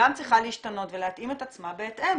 צריכה להשתנות ולהתאים את עצמה בהתאם.